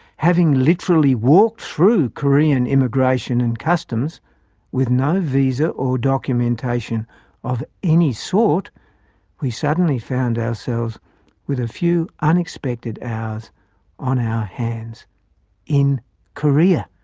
having literally walked through korean immigration and customs with no visa or documentation of any sort we suddenly found ourselves with a few unexpected hours on our hands in korea!